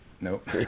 Nope